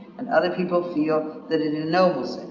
and other people feel that it ennobles him.